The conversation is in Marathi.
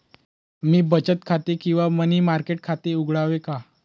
मी बचत खाते किंवा मनी मार्केट खाते उघडावे का?